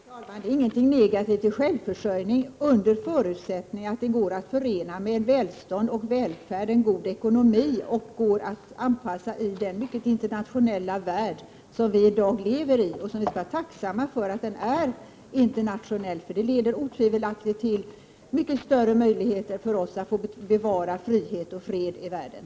Fru talman! Det ligger ingenting negativt i självförsörjning, under förutsättning att den går att förena med välstånd, välfärd och en god ekonomi. Den måste också gå att anpassa till den mycket internationella värld som vi i dag lever i. Vi skall faktiskt vara tacksamma för att den är internationell. Det leder otvivelaktigt till mycket större möjligheter när man försöker bevara frihet och fred i världen.